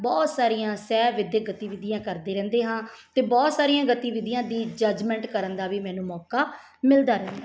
ਬਹੁਤ ਸਾਰੀਆਂ ਸਹਿ ਵਿੱਦਿਅਕ ਗਤੀਵਿਧੀਆਂ ਕਰਦੇ ਰਹਿੰਦੇ ਹਾਂ ਅਤੇ ਬਹੁਤ ਸਾਰੀਆਂ ਗਤੀਵਿਧੀਆਂ ਦੀ ਜਜਮੈਂਟ ਕਰਨ ਦਾ ਵੀ ਮੈਨੂੰ ਮੌਕਾ ਮਿਲਦਾ ਰਹਿੰਦਾ